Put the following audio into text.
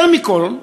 יותר מכול,